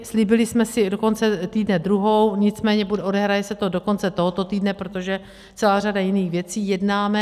Slíbili jsme si do konce týdne druhou, nicméně odehraje se to do konce tohoto týdne, protože je celá řada jiných věcí, jednáme.